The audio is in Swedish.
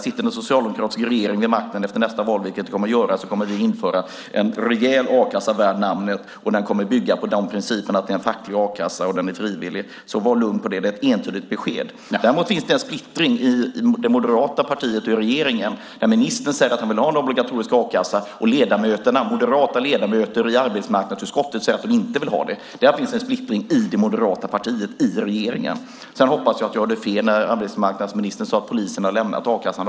Sitter en socialdemokratisk regering vid makten efter nästa val, vilket det kommer att göra, kommer vi att införa en rejäl a-kassa värd namnet. Den kommer att bygga på principen att det är en facklig a-kassa och att den är frivillig. Var lugn! Det är ett entydigt besked. Däremot finns det en splittring i det moderata partiet och i regeringen. Ministern säger att han vill ha en obligatorisk a-kassa, och moderata ledamöter i arbetsmarknadsutskottet säger att de inte vill ha det. Där finns en splittring i det moderata partiet i regeringen. Jag hoppas att jag hörde fel när arbetsmarknadsministern sade att polisen har lämnat a-kassan.